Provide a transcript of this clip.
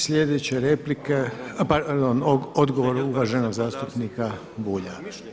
Sljedeća replika, pardon odgovor uvaženog zastupnika Bulja.